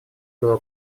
было